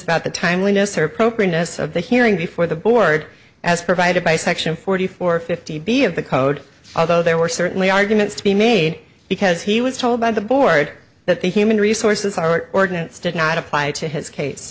about the timeliness or progress of the hearing before the board as provided by section forty four fifty b of the code although there were certainly arguments to be made because he was told by the board that the human resources her ordinance did not apply to his case